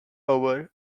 over